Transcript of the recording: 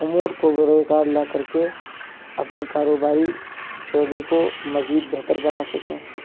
امور کو بروئے کار لا کر کے اپنے کاروباری شعبے کو مزید بہتر بنا سکیں